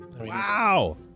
Wow